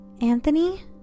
Anthony